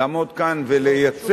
לעמוד כאן ולייצג,